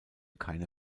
keine